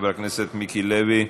חבר הכנסת מיקי לוי,